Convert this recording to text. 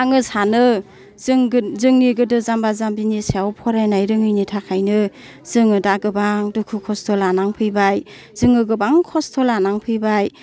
आङो सानो जों जोंनि गोदो जाम्बा जाम्बिनि सायाव फरायनाय रोङैनि थाखायनो जोङो दा गोबां दुखु खस्थ' लानांफैबाय जोङो गोबां खस्थ' लानांफैबाय